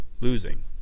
losing